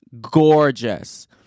gorgeous